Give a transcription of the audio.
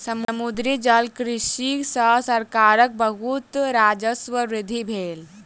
समुद्री जलकृषि सॅ सरकारक बहुत राजस्वक वृद्धि भेल